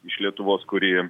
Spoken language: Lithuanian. iš lietuvos kuri